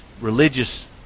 religious